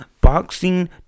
Boxing